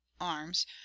Arms